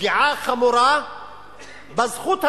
פגיעה חמורה בזכות הזאת.